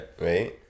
right